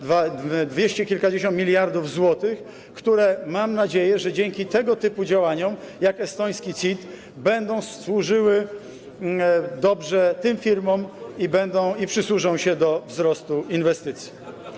Dwieście kilkadziesiąt miliardów złotych, które mam nadzieję, że dzięki tego typu działaniom, jak estoński CIT, będą służyły dobrze firmom i przysłużą się do wzrostu inwestycji.